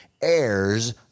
Heirs